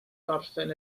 gorffen